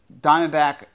diamondback